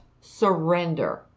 surrender